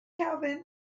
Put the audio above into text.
Calvin